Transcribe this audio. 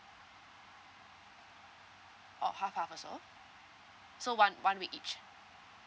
oh half half also so one one week each